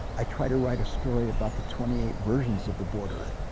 i try to write a story about the twenty eight versions of the border,